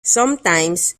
sometimes